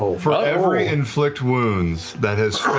for ah every inflict wounds that has failed,